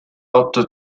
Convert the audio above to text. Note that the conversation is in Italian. otto